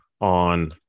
on